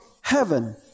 heaven